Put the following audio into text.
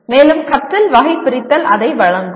மேலும் கற்றல் வகைபிரித்தல் அதை வழங்கும்